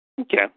Okay